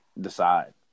decide